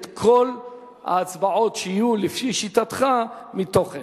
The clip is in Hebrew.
את כל ההצבעות שיהיו לפי שיטתך מתוכן.